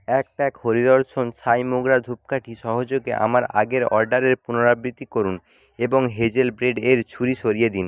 এক প্যাক হরি দর্শন সাই মোগরা ধূপকাঠি সহযোগে আমার আগের অর্ডারের পুনরাবৃত্তি করুন এবং হেজেল ব্রেডের ছুরি সরিয়ে দিন